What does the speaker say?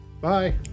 Bye